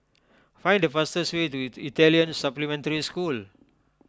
find the fastest way to Italian Supplementary School